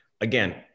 Again